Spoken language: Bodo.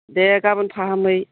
दे गाबोन फाहामहै